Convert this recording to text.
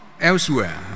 elsewhere